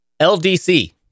LDC